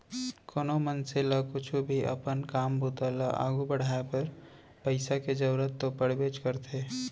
कोनो मनसे ल कुछु भी अपन काम बूता ल आघू बढ़ाय बर पइसा के जरूरत तो पड़बेच करथे